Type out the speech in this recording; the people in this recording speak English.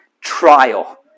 trial